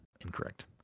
Incorrect